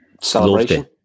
celebration